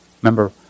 Remember